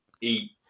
eat